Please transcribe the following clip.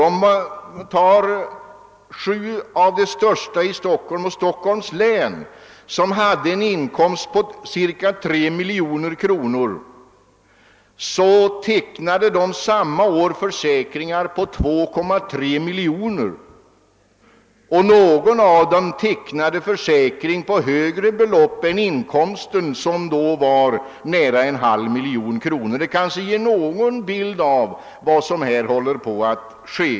Om man ser på hur det förhåller sig beträffande sju av de största skattebetalarna i Stockholms län med en sammanlagd inkomst på ca 3 miljoner kronor, så finner man att dessa tecknat försäkringar för tillhopa 2,3 miljoner kronor. Vissa av dem har t.o.m. tecknat försäkringar för högre belopp än inkomsten, som var nära en halv miljon kronor. Det ger en bild av vad som håller på att ske.